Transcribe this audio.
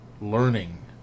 learning